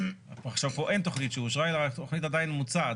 פה אין תכנית שאושרה אלא התכנית עדיין מוצעת,